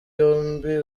yombi